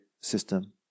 system